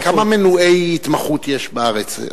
כמה מנוּעי התמחות יש בארץ?